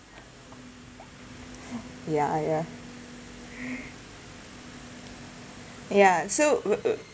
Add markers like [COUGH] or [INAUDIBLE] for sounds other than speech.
ya ya [BREATH] ya so uh